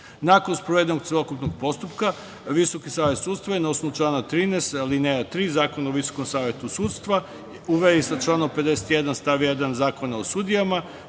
sprovedenog celokupnog postupka, Visoki savet sudstva je na osnovu člana 13. alineja 3. Zakona o Visokom savetu sudstva, u vezi sa članom 51. stav 1. Zakona o sudijama,